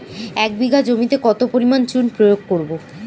এক বিঘা জমিতে কত পরিমাণ চুন প্রয়োগ করব?